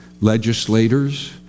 legislators